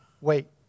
wait